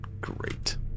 Great